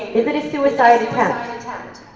is it a suicide attempt?